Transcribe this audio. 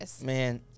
Man